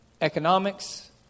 Economics